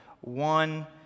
one